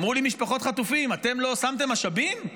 אמרו לי משפחות חטופים: אתם לא שמתם משאבים?